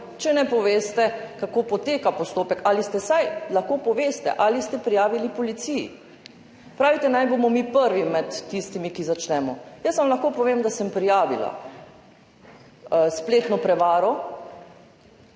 če ne poveste, kako poteka postopek? Ali vsaj lahko poveste, ali ste prijavili policiji? Pravite, naj bomo mi prvi med tistimi, ki začnemo. Jaz vam lahko povem, da sem prijavila spletno prevaro